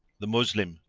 the moslem,